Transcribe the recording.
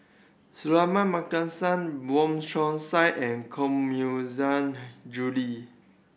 Suratman Markasan Wong Chong Sai and Koh Mui Julie